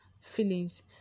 feelings